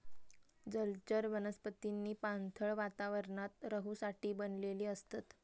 जलचर वनस्पतींनी पाणथळ वातावरणात रहूसाठी बनलेली असतत